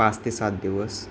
पाच ते सात दिवस